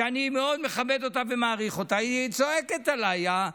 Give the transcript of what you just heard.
שאני מאוד מכבד אותה ומעריך אותה, היא צועקת עליי: